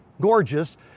gorgeous